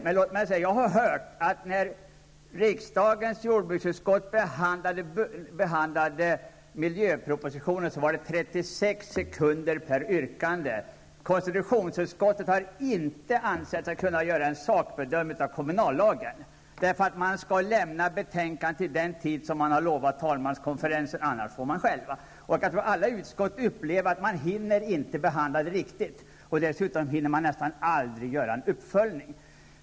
Men jag har hört att när riksdagens jordbruksutskott behandlade miljöpropositionen tog det 36 sekunder per yrkande. Konstitutionsutskottet har inte ansett sig kunna göra en sakbedömning av kommunallagen därför att man skall lämna betänkandet vid den tid som man har lovat talmanskonferensen, annars får man skällning. Alla i utskotten upplever att man inte hinner behandla saker riktigt. Dessutom hinner man nästan aldrig göra en uppföljning.